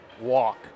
Walk